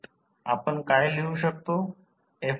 आपण काय लिहू शकतो